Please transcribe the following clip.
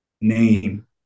name